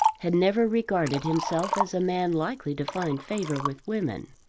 had never regarded himself as a man likely to find favour with women.